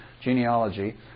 genealogy